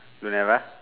don't have ah